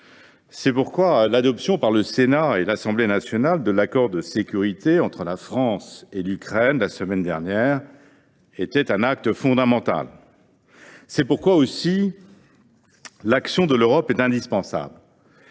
C’est pourquoi l’adoption par le Sénat et l’Assemblée nationale de l’accord de sécurité entre la France et l’Ukraine, la semaine dernière, a été un acte fondamental. C’est pourquoi, aussi, l’action de l’Europe est indispensable.